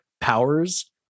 Powers